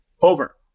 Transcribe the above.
over